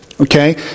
Okay